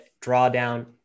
drawdown